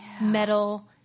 metal